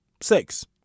six